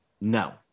No